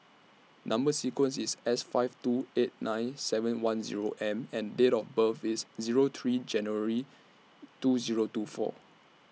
Number sequence IS S five two eight nine seven one Zero M and Date of birth IS Zero three January two Zero two four